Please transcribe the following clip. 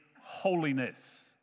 holiness